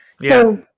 So-